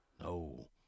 No